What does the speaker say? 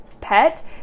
pet